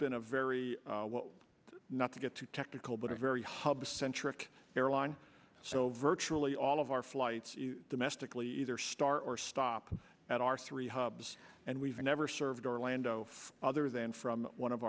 been a very well not to get too technical but a very hub centric airline so virtually all of our flights domestically either start or stop at our three hubs and we've never served orlando other than from one of